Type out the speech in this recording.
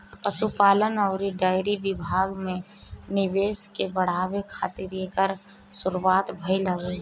पशुपालन अउरी डेयरी विभाग में निवेश के बढ़ावे खातिर एकर शुरुआत भइल हवे